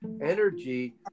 energy